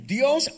Dios